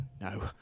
no